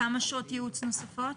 כמה שעות ייעוץ נוספות?